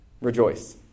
Rejoice